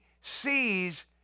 sees